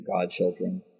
godchildren